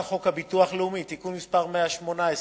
חוק הביטוח הלאומי (תיקון מס' 118),